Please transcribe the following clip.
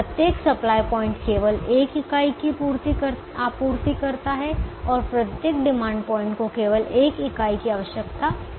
प्रत्येक supply point केवल 1 इकाई की आपूर्ति करता है और प्रत्येक डिमांड पॉइंट को केवल 1 इकाई की आवश्यकता होती है